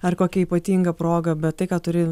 ar kokia ypatinga proga bet tai ką turi